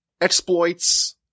exploits